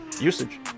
Usage